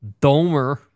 Domer